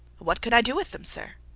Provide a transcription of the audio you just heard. what could i do with them, sir?